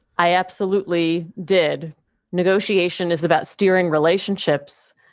i absolutely did negotiation is about steering relationships,